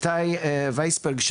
איתי ויסברג,